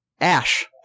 Ash